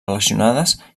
relacionades